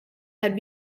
had